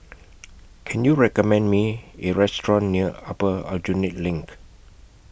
Can YOU recommend Me A Restaurant near Upper Aljunied LINK